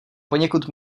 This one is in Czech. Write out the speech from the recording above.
poněkud